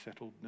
settledness